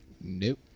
Nope